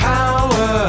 Power